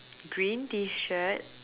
green T-shirt